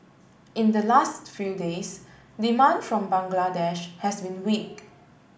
in the last few days demand from Bangladesh has been weak